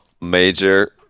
major